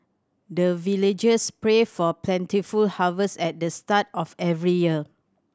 the villagers pray for plentiful harvest at the start of every year